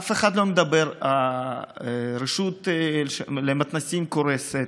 אף אחד לא מדבר, רשות המתנ"סים קורסת,